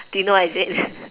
do you know what is it